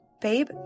Babe